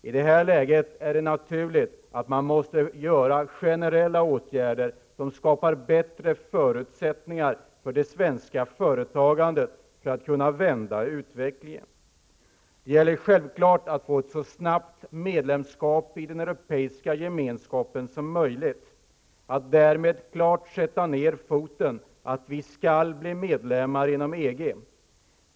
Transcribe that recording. I det här läget är det naturligt att man för att kunna vända utvecklingen måste göra generella åtgärder som skapar bättre förutsättningar för det svenska företagandet. Det gäller självklart att så snabbt som möjligt få medlemskap i den europeiska gemenskapen, att klart sätta ner foten och poängtera att vi skall bli medlemmar i EG.